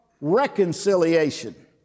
reconciliation